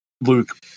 Luke